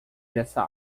dessa